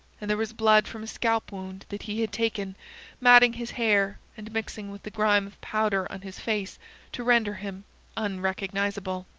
and there was blood from a scalp-wound that he had taken matting his hair and mixing with the grime of powder on his face to render him unrecognizable.